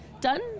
done